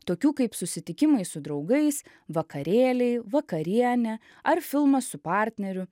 tokių kaip susitikimai su draugais vakarėliai vakarienė ar filmas su partneriu